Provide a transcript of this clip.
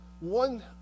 One